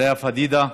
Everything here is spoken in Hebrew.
לאה פדידה,